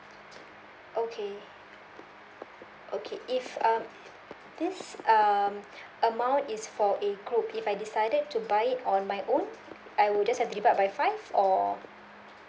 okay okay if um this um amount is for a group if I decided to buy it on my own I would just have to divide by five or